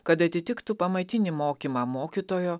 kad atitiktų pamatinį mokymą mokytojo